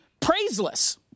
praiseless